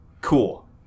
cool